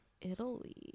Italy